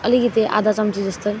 अलिकति आधा चम्ची जस्तै